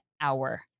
hour